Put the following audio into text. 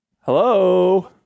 Hello